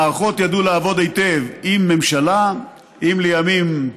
המערכות ידעו לעבוד היטב, אם הממשלה, אם, לימים,